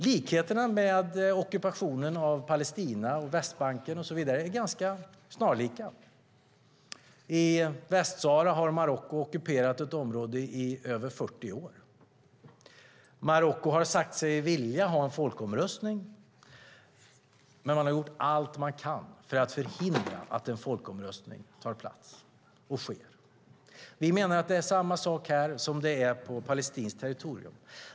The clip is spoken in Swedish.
Likheterna med ockupationen av Palestina, Västbanken och så vidare är ganska stora. I Västsahara har Marocko ockuperat ett område i över 40 år. Marocko har sagt sig vilja ha en folkomröstning men har gjort allt man kan för att förhindra att en folkomröstning sker. Vi menar att det är samma sak här som på palestinskt territorium.